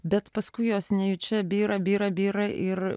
bet paskui jos nejučia byra byra byra ir